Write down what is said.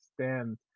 stand